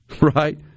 right